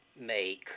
make